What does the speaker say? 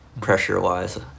pressure-wise